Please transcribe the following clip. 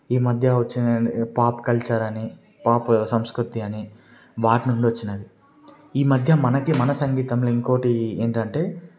ఈ మధ్య వచ్చిన పాప్ కల్చర్ అని పాప్ సంస్కృతి అని వాటి నుండి వచ్చింది నాది ఈ మధ్య మనకి మన సంగీతం ఇంకొకటి ఏంటంటే